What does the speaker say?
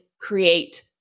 create